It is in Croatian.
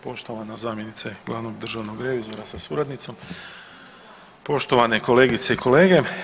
Poštovana zamjenice glavnog državnog revizora sa suradnicom, poštovane kolegice i kolege.